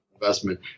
investment